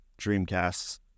dreamcasts